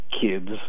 kids